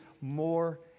more